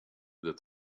that